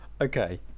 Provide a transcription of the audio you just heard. Okay